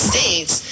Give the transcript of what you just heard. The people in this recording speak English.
States